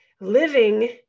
living